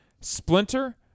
Splinter